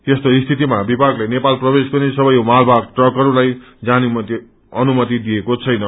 यस्तो स्थितिमा विभागले नेपाल प्रवो गर्ने सबै मालवाहक ट्रकहरूलाई जाने अनुमति दिएको छैन